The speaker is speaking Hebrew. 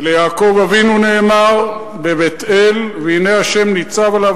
וליעקב אבינו נאמר בבית-אל: והנה השם ניצב עליו